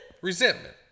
Resentment